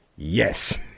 Yes